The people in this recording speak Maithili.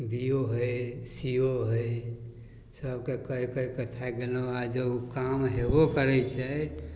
बी ओ हइ सी ओ हइ सभके कहि कहिकऽ थाकि गेलहुँ आओर जे ओ काम हेबो करै छै